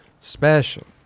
special